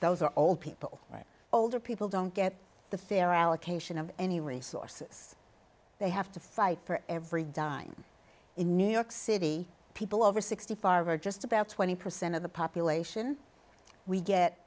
those are all people older people don't get the fair allocation of any resources they have to fight for every dime in new york city people over sixty five dollars or just about twenty percent of the population we get